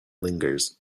lingers